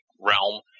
realm